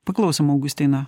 paklausom augustiną